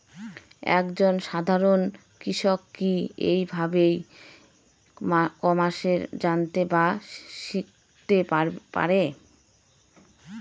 এক জন সাধারন কৃষক কি ভাবে ই কমার্সে জানতে বা শিক্ষতে পারে?